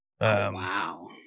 Wow